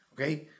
Okay